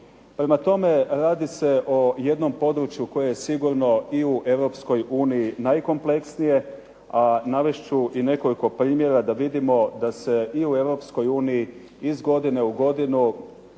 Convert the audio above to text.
Prema tome, radi se o jednom području koje je sigurno i u Europskoj najkompleksnije a navest ću i nekoliko primjera da vidimo da se i u Europskoj uniji iz godine u godinu